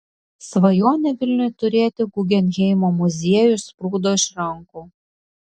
svajonė vilniui turėti guggenheimo muziejų išsprūdo iš rankų